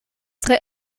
tre